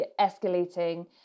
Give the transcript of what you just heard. escalating